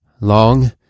long